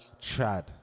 Chad